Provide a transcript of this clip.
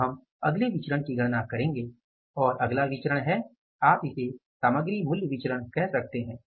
अब हम अगले विचरण की गणना करेंगे और अगला विचरण है आप इसे सामग्री मूल्य विचरण कह सकते हैं